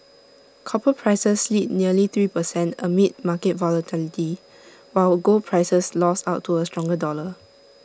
copper prices slid nearly three per cent amid market volatility while gold prices lost out to A stronger dollar